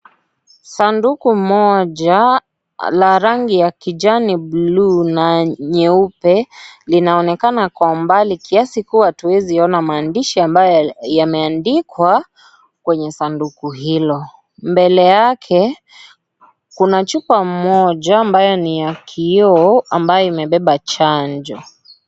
Sanduku mmoja la rangi ya kijani, buluu na nyeupe linaonekana kwa umbali, kiasi kuwa hatuwezi ona maandishi ambayo yameandikwa, kwenye sanduku hilo. Mbele yake, kuna chupa moja ambayo ni ya kioo, ambayo imebeba chanjo.